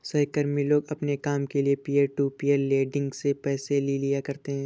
सहकर्मी लोग अपने काम के लिये पीयर टू पीयर लेंडिंग से पैसे ले लिया करते है